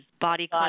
body